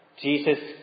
Jesus